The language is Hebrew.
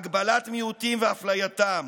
הגבלת מיעוטים ואפלייתם,